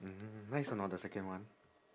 mm nice or not the second one